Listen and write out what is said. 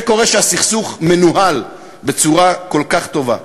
זה קורה כשהסכסוך מנוהל בצורה כל כך טובה,